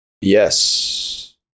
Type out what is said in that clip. yes